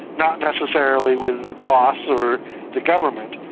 not necessarily with the boss or the government.